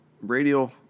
radial